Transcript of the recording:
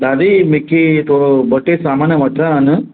दादी मूंखे थोरो ॿ टे समान वठणा आहिनि